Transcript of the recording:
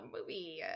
movie